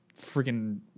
freaking